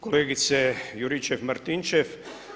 Kolegice Juričev-Martinčev.